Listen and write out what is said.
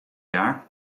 jaar